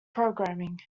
programming